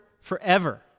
forever